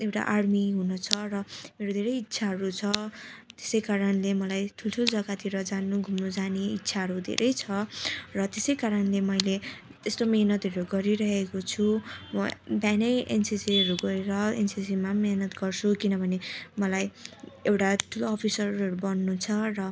एउटा आर्मी हुनु छ र मेरो धेरै इच्छाहरू छ त्यसै कारणले मलाई ठुल्ठुलो जग्गातिर जानु घुम्नु जाने इच्छाहरू धेरै छ र त्यसै कारणले मैले यस्तो मेहनतहरू गरिरहेको छु म बिहानै एनसीसीहरू गएर एनसिसीमा पनि मेहनत गर्छु किनभने मलाई एउटा ठुलो अफिसरहरू बन्नु छ र